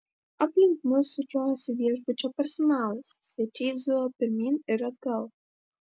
aplink mus sukiojosi viešbučio personalas svečiai zujo pirmyn ir atgal